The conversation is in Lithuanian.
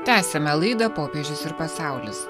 tęsiame laidą popiežius ir pasaulis